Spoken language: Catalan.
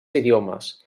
idiomes